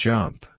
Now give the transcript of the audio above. Jump